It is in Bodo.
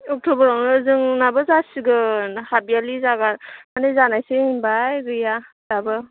अक्ट'बरावनो जोंनाबो जासिगोन हाबइयारलि जागोन मानि जानोसै होनबाय गैया दाबो